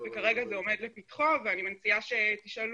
וכרגע זה עומד לפתחו ואני מציעה שתפנו